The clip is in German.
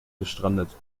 gestrandet